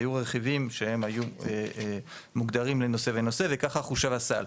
היו רכיבים שהם היו מוגדרים לנושא ונושא וככה חושב הסל.